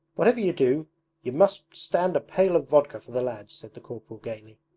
whatever you do you must stand a pail of vodka for the lads said the corporal gaily.